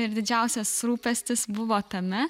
ir didžiausias rūpestis buvo tame